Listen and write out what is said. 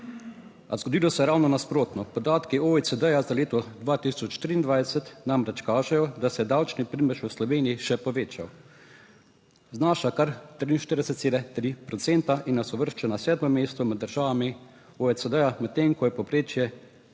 a zgodilo se je ravno nasprotno. Podatki OECD za leto 2023 namreč kažejo, da se je davčni primež v Sloveniji še povečal, znaša kar 43,3 procente in nas uvršča na sedmo mesto med državami OECD, medtem ko je povprečje